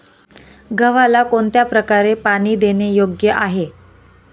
गव्हाला कोणत्या प्रकारे पाणी देणे योग्य आहे?